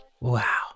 Wow